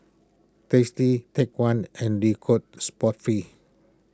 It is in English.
Tasty Take one and Le Coq Sportif